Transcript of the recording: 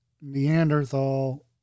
Neanderthal